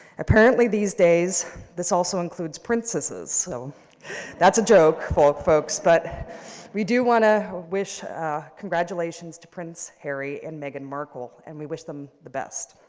apparently these days, this also includes princesses so that's a joke for old folks, but we do want to wish congratulations to prince harry and meghan markle, and we wish them the best.